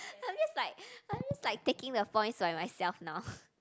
I'm just like I'm just like taking the points by myself now